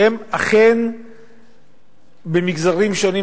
שאכן במגזרים שונים,